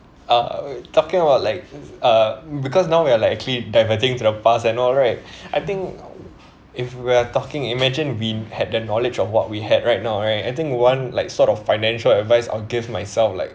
uh talking about like uh because now we are like actually diverting to the past and all right I think if we're talking imagine we had that knowledge of what we have right now right I think one like sort of financial advice I'll give myself like